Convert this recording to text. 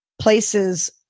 places